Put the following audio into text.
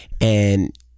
And-